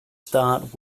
start